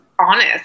honest